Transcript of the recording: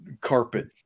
carpet